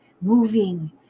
moving